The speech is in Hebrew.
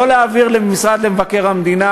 לא להעביר למשרד מבקר המדינה,